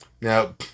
Now